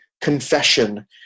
confession